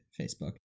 Facebook